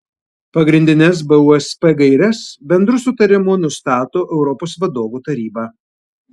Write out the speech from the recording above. pagrindines busp gaires bendru sutarimu nustato europos vadovų taryba